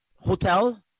Hotel